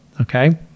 Okay